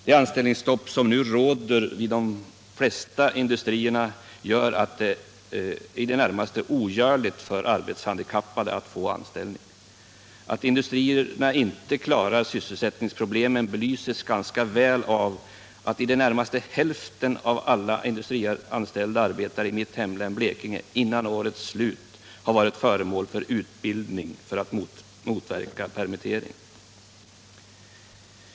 Med de anställningsstopp som nu råder vid de flesta industrierna är det i det närmaste ogörligt för arbetshandikappade att få anställning. Att industrierna inte klarar sysselsättningsproblemen belyses ganska väl av att i det närmaste hälften av alla industrianställda arbetare i mitt hemlän, Blekinge, före årets slut har fått utbildning för att motverka permittering.